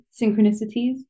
synchronicities